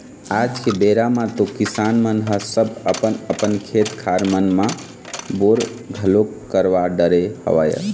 आज के बेरा म तो किसान मन ह सब अपन अपन खेत खार मन म बोर घलोक करवा डरे हवय